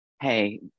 hey